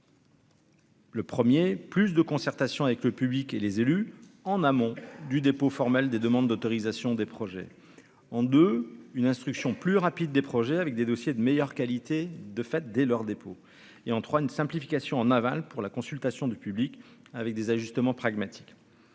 Le premier, plus de concertation avec le public et les élus en amont du dépôt formel des demandes d'autorisation des projets en 2, une instruction plus rapide des projets avec des dossiers de meilleure qualité, de fait, dès leur dépôt et en trois une simplification en aval pour la consultation du public avec des ajustements pragmatiques